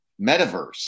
metaverse